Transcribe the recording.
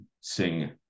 sing